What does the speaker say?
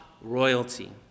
royalty